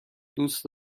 دوست